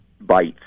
bites